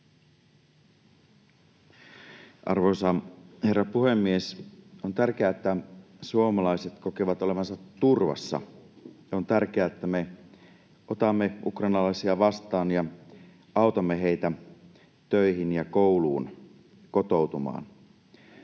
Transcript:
Arvoisa herra puhemies! On tärkeää, että suomalaiset kokevat olevansa turvassa, ja on tärkeää, että me otamme ukrainalaisia vastaan ja autamme heitä töihin ja kouluun, kotoutumaan.